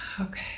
Okay